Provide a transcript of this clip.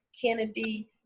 kennedy